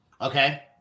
Okay